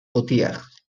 poitiers